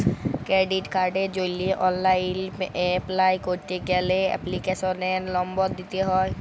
credit কার্ডের জন্হে online apply ক্যরতে গ্যালে এপ্লিকেশনের লম্বর দিত্যে হ্যয়